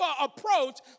approach